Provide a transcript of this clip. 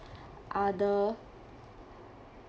other